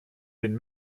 den